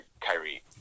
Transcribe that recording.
Kyrie